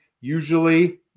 Usually